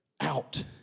out